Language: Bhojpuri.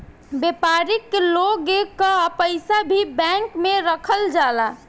व्यापारिक लोग कअ पईसा भी बैंक में रखल जाला